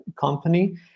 company